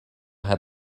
had